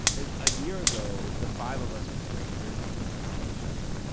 a year ago, the five of us were strangers and did not know each other.